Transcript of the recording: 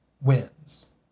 wins